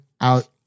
out